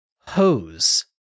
Hose